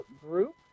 group